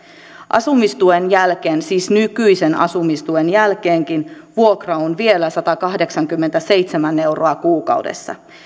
asumistuen jälkeen siis nykyisen asumistuen jälkeenkin vuokra on vielä satakahdeksankymmentäseitsemän euroa kuukaudessa